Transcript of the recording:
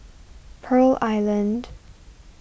Pearl Island